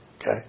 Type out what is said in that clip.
okay